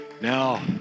Now